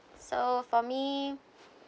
so for me